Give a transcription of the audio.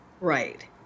Right